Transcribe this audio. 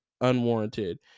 unwarranted